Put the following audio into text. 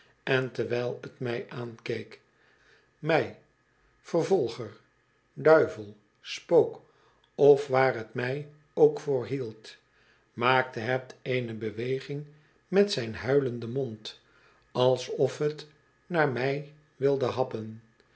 en terwijl t mij aankeek mij vervolger duivel spook of waar het mij ook voor hield maakte het eene beweging met zijn huilenden mond alsof het naar mij wilde happen